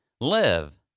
live